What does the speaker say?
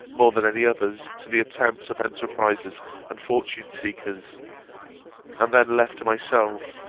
more than any others, to the attempts of enterprisers and fortune-seekers and then, left to myself,